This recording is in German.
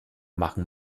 machen